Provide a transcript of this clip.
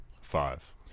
five